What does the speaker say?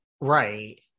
Right